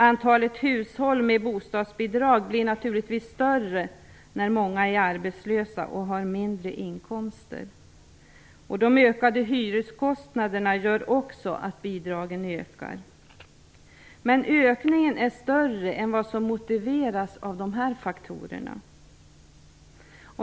Antalet hushåll med bostadsbidrag blir naturligtvis större när många är arbetslösa och har mindre inkomster. De ökade hyreskostnaderna gör också att bidragen ökar. Men ökningen är större än vad som motiveras av dessa faktorer.